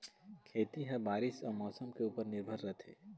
खेती ह बारीस अऊ मौसम के ऊपर निर्भर रथे